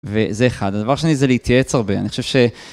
וזה אחד, הדבר השני זה להתייעץ הרבה, אני חושב ש...